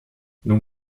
nun